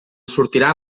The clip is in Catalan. sortirà